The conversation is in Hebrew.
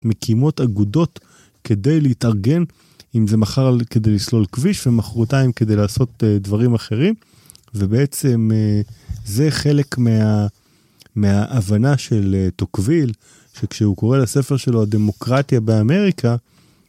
מקימות אגודות כדי להתארגן אם זה מחר כדי לסלול כביש ומחרותיים כדי לעשות דברים אחרים ובעצם זה חלק מההבנה של טוקוויל שכשהוא קורא לספר שלו דמוקרטיה באמריקה.